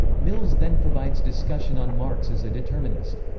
mills then provides discussion on marx as a determinist.